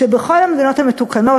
בכל המדינות המתוקנות,